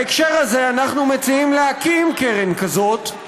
בהקשר הזה אנחנו מציעים להקים קרן כזאת,